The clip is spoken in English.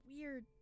weird